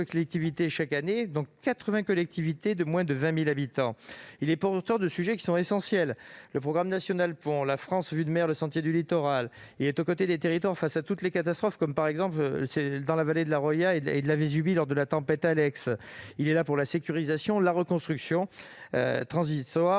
collectivités chaque année, dont 80 collectivités de moins de 20 000 habitants. Il est porteur de sujets essentiels, tels que le programme national « France vue sur mer -Le sentier du littoral ». Il est aux côtés des territoires face à toutes les catastrophes, par exemple dans les vallées de la Roya et de la Vésubie à la suite de la tempête Alex. Il est là pour la sécurisation, la reconstruction transitoire